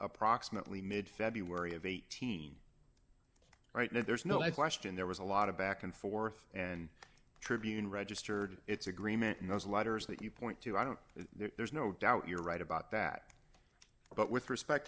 approximately mid february of eighteen right now there's no a question there was a lot of back and forth and tribune registered its agreement knows a lot or is that you point to i don't there's no doubt you're right about that but with respect